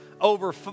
over